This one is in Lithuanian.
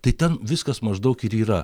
tai ten viskas maždaug ir yra